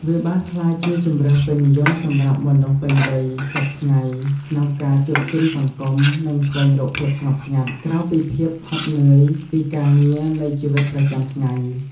វាបានក្លាយជាជម្រើសពេញនិយមសម្រាប់មនុស្សពេញវ័យសព្វថ្ងៃ ក្នុងការជួបជុំសង្គម និងស្វែងរកភាពស្ងប់ស្ងាត់ ក្រៅពីភាពហត់នឿយពីការងារនៃជីវិតប្រចាំថ្ងៃ។